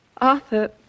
Arthur